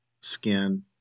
skin